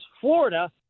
Florida